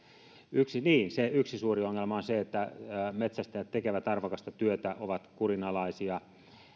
yksi suuri ongelma metsästäjät tekevät arvokasta työtä ovat